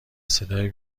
صدای